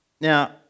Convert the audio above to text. Now